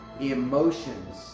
emotions